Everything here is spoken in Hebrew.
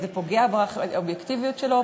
זה פוגע באובייקטיביות שלו,